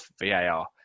VAR